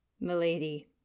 Milady